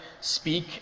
speak